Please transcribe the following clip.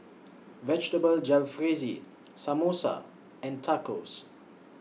Vegetable Jalfrezi Samosa and Tacos